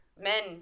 men